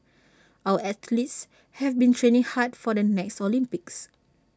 our athletes have been training hard for the next Olympics